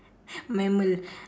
mammal